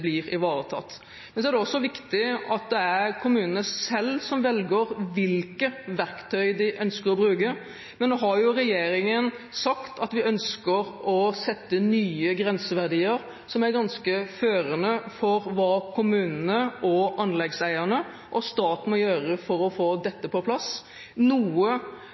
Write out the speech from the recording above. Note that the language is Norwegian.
blir ivaretatt. Det er viktig at det er kommunene selv som velger hvilke verktøy de ønsker å bruke. Nå har regjeringen sagt at vi ønsker å sette nye grenseverdier, noe som er ganske førende for hva kommunene, anleggseierne og staten må gjøre for å få dette på plass. Noe